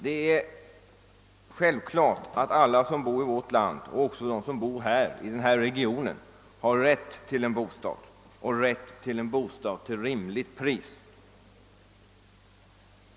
Det är självklart att alla invånare i vårt land — även de som bor i denna region — har rätt till en bostad och därtill en bostad till rimligt pris.